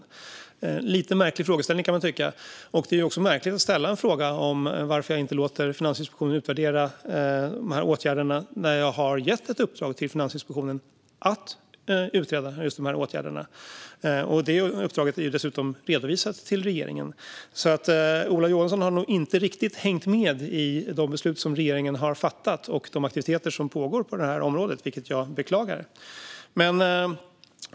Det är en lite märklig frågeställning, kan man tycka. Det är också märkligt att ställa en fråga om varför jag inte låter Finansinspektionen utvärdera de här åtgärderna när jag har gett ett uppdrag till Finansinspektionen att utreda just de här åtgärderna. Det uppdraget är dessutom redovisat till regeringen. Ola Johansson har nog alltså inte riktigt hängt med i de beslut som regeringen har fattat och de aktiviteter som pågår på det här området, vilket jag beklagar.